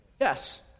Yes